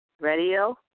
radio